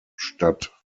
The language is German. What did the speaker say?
statt